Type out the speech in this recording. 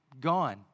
gone